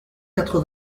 quatre